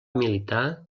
militar